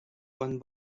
one